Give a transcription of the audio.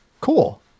Cool